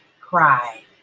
cry